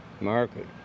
market